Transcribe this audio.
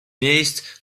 miejsc